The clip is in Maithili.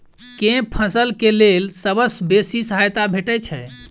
केँ फसल केँ लेल सबसँ बेसी सहायता भेटय छै?